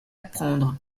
prendre